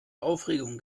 aufregung